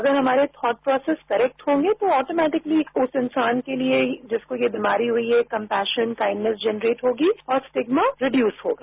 अगर हमारे thoughts process correct होंगे तो ऑटोमेटिकली उस इंसान के लिए जिसको ये बीमारी हुई है कंपैशन काइंडनेस जनरेट होगी और सिग्मा रिडयूज होगा